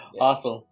Awesome